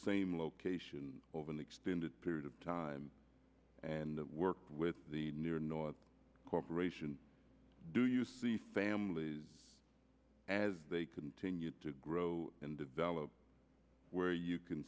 same location over an extended period of time and work with the newer north corporation do you see families as they continue to grow and develop where you can